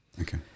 Okay